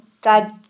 God